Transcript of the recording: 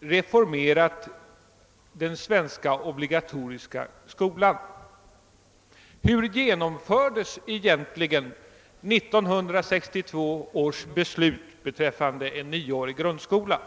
reformerat den svenska obligatoriska skolan. Hur genomfördes egentligen 1962 års beslut beträffande en 9-årig grundskola?